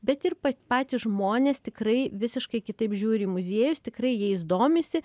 bet ir patys žmonės tikrai visiškai kitaip žiūri į muziejus tikrai jais domisi